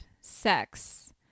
sex